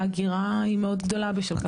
ההגירה היא מאוד גדולה בשל כך.